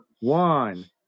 one